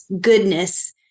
goodness